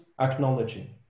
acknowledging